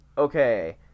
Okay